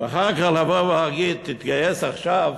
ואחר כך לבוא ולהגיד: תתגייס עכשיו,